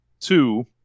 Two